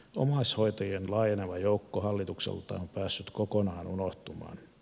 omaishoitajien laajeneva joukko hallitukselta on päässyt kokonaan unohtumaan